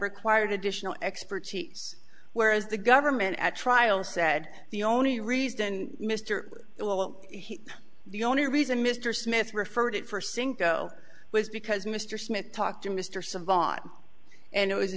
required additional expertise whereas the government at trial said the only reason mr well the only reason mr smith referred it for cinco was because mr smith talked to mr savant and it was